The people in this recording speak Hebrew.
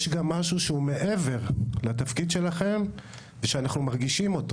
יש גם משהו שהוא מעבר לתפקיד שלכם ושאנחנו מרגישים אותו.